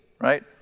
right